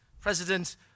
President